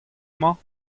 mañ